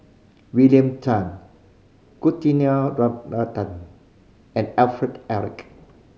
William Tan and Alfred Eric